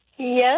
Yes